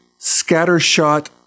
scattershot